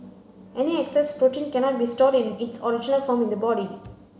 any excess protein cannot be stored in its original form in the body